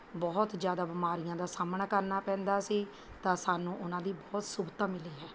ਬਹੁਤ ਜ਼ਿਆਦਾ ਬਿਮਾਰੀਆਂ ਦਾ ਸਾਹਮਣਾ ਕਰਨਾ ਪੈਂਦਾ ਸੀ ਤਾਂ ਸਾਨੂੰ ਉਹਨਾਂ ਦੀ ਬਹੁਤ ਸੁਵਿਧਾ ਮਿਲੀ ਹੈ